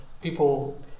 people